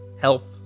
help